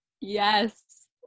yes